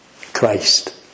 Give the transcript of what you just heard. Christ